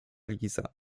liza